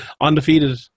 Undefeated